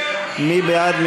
מי בעד,